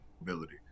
ability